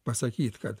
pasakyt kad